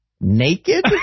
Naked